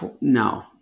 no